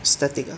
static ah